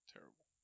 Terrible